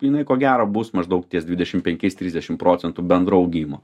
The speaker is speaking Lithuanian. jinai ko gero bus maždaug ties dvidešim penkiais trisdešim procentų bendro augimo